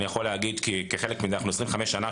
אני יכול להגיד, אנחנו שם כבר 25 שנים,